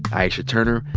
aisha turner,